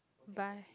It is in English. buy